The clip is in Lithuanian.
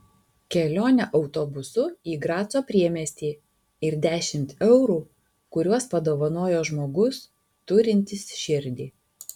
kelionė autobusu į graco priemiestį ir dešimt eurų kuriuos padovanojo žmogus turintis širdį